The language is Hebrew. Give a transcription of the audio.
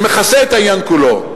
שמכסה את העניין כולו.